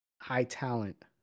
high-talent